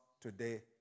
today